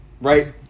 right